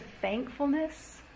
thankfulness